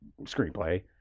screenplay